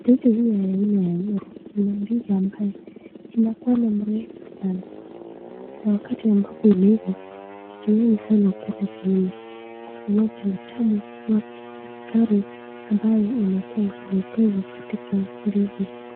ndizi hii ya ina ya nyoro ndizi ambayo inakuwa ni mrefu sana na wakati ambapo imeifaa watu wengi sana wanapenda kuila kwa sababu ya utamu ya kwake na sukari hapa imekuwa imeongezwa katika ndizi hii.